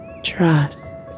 Trust